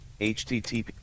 HTTP